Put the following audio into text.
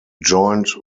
joined